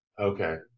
Okay